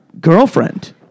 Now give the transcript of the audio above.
girlfriend